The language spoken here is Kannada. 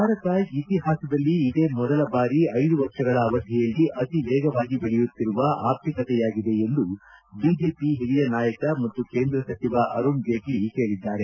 ಭಾರತ ಇತಿಹಾಸದಲ್ಲಿ ಇದೇ ಮೊದಲ ಬಾರಿ ಐದು ವರ್ಷಗಳ ಅವಧಿಯಲ್ಲಿ ಅತಿ ವೇಗವಾಗಿ ಬೆಳೆಯುತ್ತಿರುವ ಅರ್ಥಿಕತೆಯಾಗಿದೆ ಎಂದು ಬಿಜೆಪಿ ಹಿರಿಯ ನಾಯಕ ಮತ್ತು ಕೇಂದ್ರ ಸಚಿವ ಅರುಣ್ ಜೇಟ್ಲ ಹೇಳಿದ್ದಾರೆ